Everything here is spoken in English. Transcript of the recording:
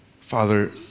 Father